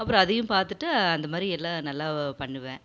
அப்புறம் அதையும் பார்த்துட்டு அந்த மாதிரி எல்லாம் நல்லா பண்ணுவேன்